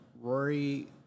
Rory